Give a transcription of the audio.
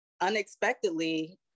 unexpectedly